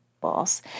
boss